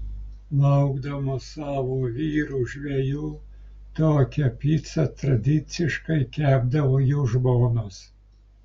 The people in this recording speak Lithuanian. laukdamos savo vyrų žvejų tokią picą tradiciškai kepdavo jų žmonos